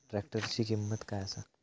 ट्रॅक्टराची किंमत काय आसा?